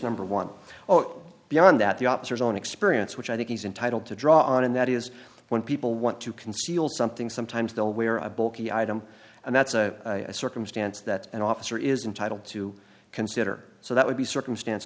number one oh beyond that the officers own experience which i think he's entitled to draw on and that is when people want to conceal something sometimes they'll wear a bulky item and that's a circumstance that an officer is entitled to consider so that would be circumstance